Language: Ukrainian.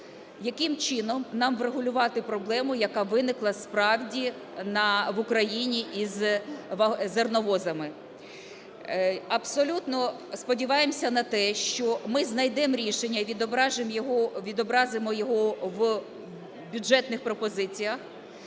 яким чином нам врегулювати проблему, яка виникла справді в Україні із зерновозами. Абсолютно сподіваємося на те, що ми знайдемо рішення, відобразимо його в бюджетних пропозиціях